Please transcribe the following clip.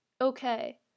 okay